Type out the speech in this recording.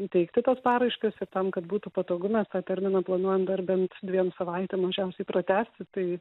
įteikti tas paraiškas ir tam kad būtų patogu mes tą terminą planuojam dar bent dviem savaitėm mažiausiai pratęsti tai